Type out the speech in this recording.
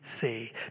say